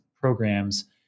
programs